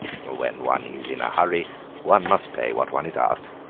when one is in a hurry one must pay what one is asked.